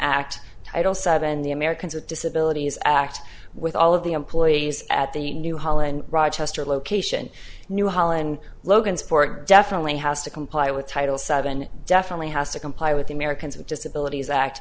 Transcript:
act title seven the americans with disabilities act with all of the employees at the new holland rochester location new holland logansport definitely has to comply with title seven definitely has to comply with the americans with disabilities act